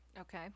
okay